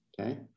Okay